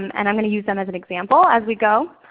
and i'm going to use them as an example as we go.